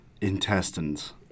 intestines